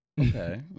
Okay